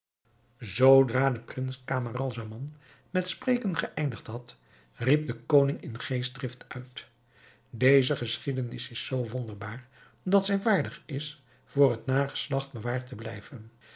zoodra de prins camaralzaman met spreken geëindigd had riep de koning in geestdrift uit deze geschiedenis is zoo wonderbaar dat zij waardig is voor het nageslacht bewaard te blijven